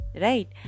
Right